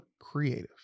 creative